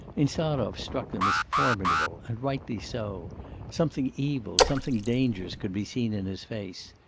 insarov struck them as formidable, and rightly so something evil, something dangerous could be seen in his face.